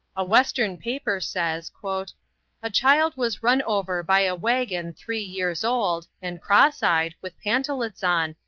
a western paper says a child was run over by a wagon three years old, and cross-eyed, with pantalets on,